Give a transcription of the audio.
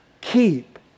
Keep